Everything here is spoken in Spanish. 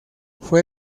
fue